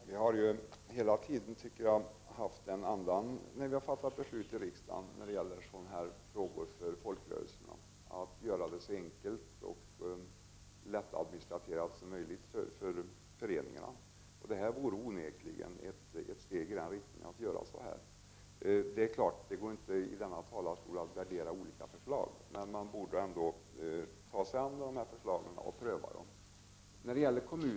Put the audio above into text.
Herr talman! När vi har fattat beslut i riksdagen i sådana här frågor när det gäller folkrörelserna, tycker jag att vi hela tiden har haft andan att göra det så enkelt och lättadministrerat som möjligt för föreningarna. Det här vore onekligen ett steg i den riktningen. Det går naturligtvis inte att stå här i talarstolen och värdera olika förslag. Man borde ändock ta sig an dessa förslag och pröva dem.